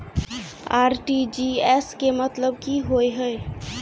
RTGS केँ मतलब की होइ हय?